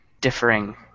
differing